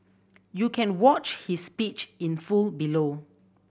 you can watch his speech in full below